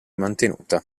mantenuta